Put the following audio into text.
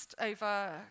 over